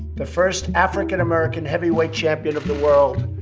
the first african-american heavyweight champion of the world,